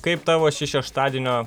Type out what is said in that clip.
kaip tavo ši šeštadienio